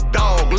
dog